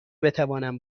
بتوانم